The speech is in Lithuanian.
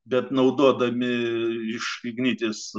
bet naudodami iš ignitis